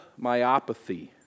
myopathy